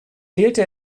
fehlte